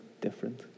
different